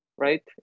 Right